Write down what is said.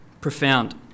Profound